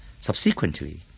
Subsequently